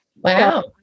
Wow